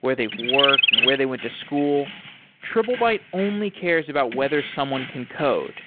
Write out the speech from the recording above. where they've worked and where they went to school. triplebyte only cares about whether someone can code.